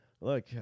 Look